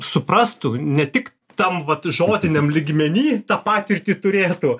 suprastų ne tik tam vat žodiniam lygmeny tą patirtį turėtų